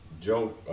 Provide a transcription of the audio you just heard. Joe –